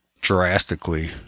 drastically